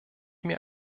mir